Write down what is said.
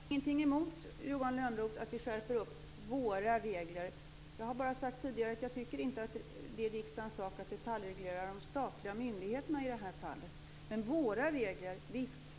Fru talman! Jag har ingenting emot att vi skärper upp våra regler, Johan Lönnroth. Jag har bara sagt tidigare att jag inte tycker att det är riksdagens sak att detaljreglera de statliga myndigheterna i det här fallet. Men visst kan vi skärpa våra regler.